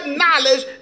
knowledge